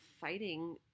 fighting